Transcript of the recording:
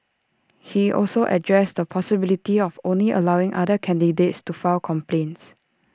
he also addressed the possibility of only allowing other candidates to file complaints